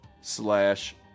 slash